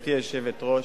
גברתי היושבת-ראש,